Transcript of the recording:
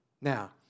Now